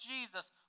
Jesus